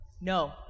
No